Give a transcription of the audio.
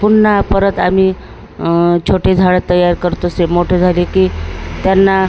पुन्हा परत आम्ही छोटी झाडं तयार करतो से मोठे झाले की त्यांना